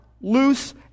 loose